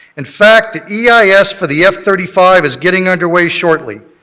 in fact the e i s. for the f thirty five is getting under way shortly.